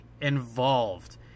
involved